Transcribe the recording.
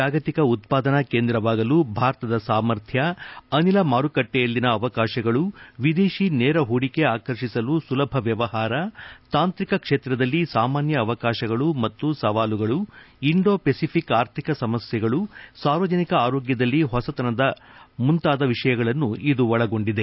ಜಾಗತಿಕ ಉತ್ಪಾದನಾ ಕೇಂದ್ರವಾಗಲು ಭಾರತದ ಸಮರ್ಥ ಅನಿಲ ಮಾರುಕಟ್ಟೆಯಲ್ಲಿನ ಅವಕಾಶಗಳು ವಿದೇಶಿ ನೇರ ಹೂಡಿಕೆ ಆಕರ್ಷಿಸಲು ಸುಲಭ ವ್ಯವಹಾರ ತಾಂತ್ರಿಕ ಕ್ಷೇತ್ರದಲ್ಲಿ ಸಾಮಾನ್ಯ ಅವಕಾಶಗಳು ಮತ್ತು ಸವಾಲುಗಳು ಇಂಡೋ ಪೆಸಿಫಿಕ್ ಆರ್ಥಿಕ ಸಮಸ್ಯೆಗಳು ಸಾರ್ವಜನಿಕ ಆರೋಗ್ಯದಲ್ಲಿ ಹೊಸತನ ಮುಂತಾದ ವಿಷಯಗಳನ್ನು ಇದು ಒಳಗೊಂಡಿದೆ